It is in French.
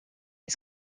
est